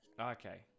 Okay